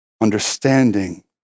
understanding